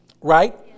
Right